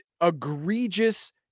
egregious